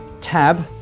tab